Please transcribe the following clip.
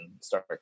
start